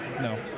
No